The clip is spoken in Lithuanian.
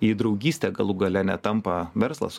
į draugystę galų gale netampa verslas